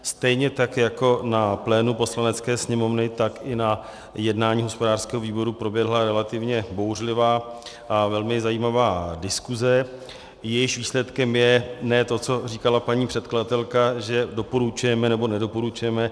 Stejně tak jako na plénu Poslanecké sněmovny, tak i na jednání hospodářského výboru proběhla relativně bouřlivá a velmi zajímavá diskuse, jejímž výsledkem je ne to, co říkala paní předkladatelka, že doporučujeme nebo nedoporučujeme.